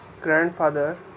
Grandfather